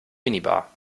minibar